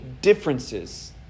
differences